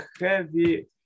heavy